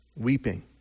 weeping